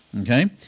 Okay